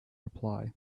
reply